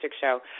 show